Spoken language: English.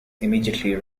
immediately